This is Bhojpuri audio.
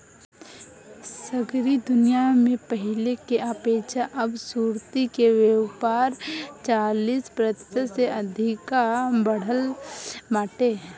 सगरी दुनिया में पहिले के अपेक्षा अब सुर्ती के व्यापार चालीस प्रतिशत से अधिका बढ़ल बाटे